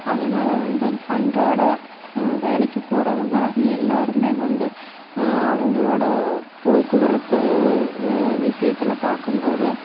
அதனால வந்து அன்றாட வேலைக்கு போகிறவங்க எல்லாரும் வந்து அவங்களோட போக்குவரத்து விஷயத்தில் பார்க்கும் போது